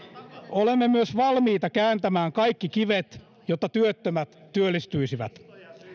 olemme myös valmiita kääntämään kaikki kivet jotta työttömät työllistyisivät